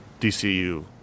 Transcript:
DCU